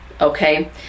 okay